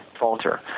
falter